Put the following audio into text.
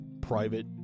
private